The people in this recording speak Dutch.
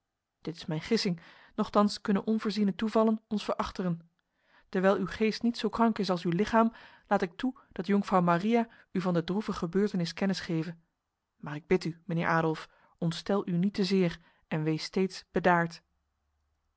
dit is mijn gissing nochtans kunnen onvoorziene toevallen ons verachteren dewijl uw geest niet zo krank is als uw lichaam laat ik toe dat jonkvrouw maria u van de droeve gebeurtenis kennis geve maar ik bid u mijnheer adolf ontstel u niet te zeer en wees steeds bedaard